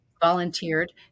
volunteered